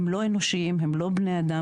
הם לא אנושיים, הם לא בני אדם.